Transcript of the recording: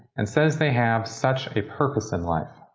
and says they have such a purpose in life.